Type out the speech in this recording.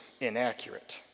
inaccurate